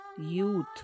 youth